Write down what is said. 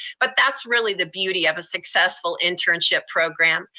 but that's really the beauty of a successful internship program.